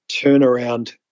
turnaround